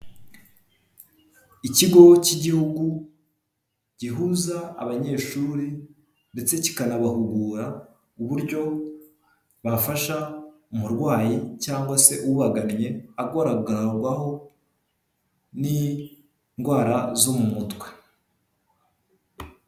Ikigo cy'igihugu gihuza abanyeshuri ndetse kikanabahugura uburyo bafasha umurwayi cyangwa se ubaganye agaragarwaho n'indwara zo mu mutwe.